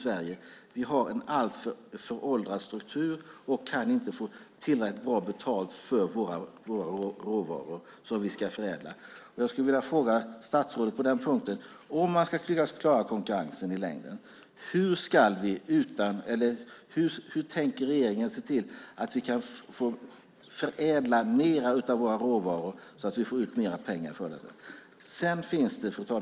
Vi har en alltför föråldrad struktur och kan inte få tillräckligt bra betalt för våra råvaror som vi ska förädla. Jag vill fråga statsrådet: Hur tänker regeringen se till att vi kan förädla mer av våra råvaror så att vi får ut mer pengar för dem så att vi i längden kan klara konkurrensen? Fru talman!